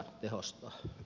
arvoisa puhemies